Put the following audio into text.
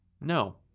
No